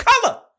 color